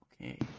Okay